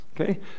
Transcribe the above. Okay